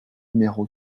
numéro